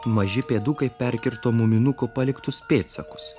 maži pėdukai perkirto muminuko paliktus pėdsakus